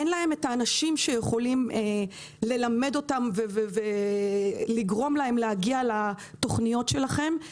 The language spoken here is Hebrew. אין להם את האנשים שיכולים ללמד אותם ולגרום להם להגיע לתוכניות שלכם.